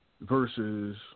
versus